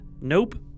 nope